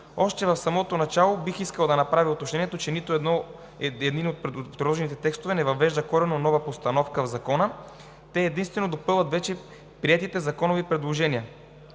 Още в самото начало бих искал да направя уточнението, че нито един от предложените текстове не въвежда коренно нова постановка в Закона, те допълват единствено вече приетите законови предложения.